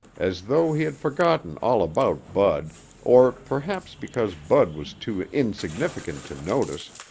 as though he had forgotten all about bud or perhaps because bud was too insignificant to notice,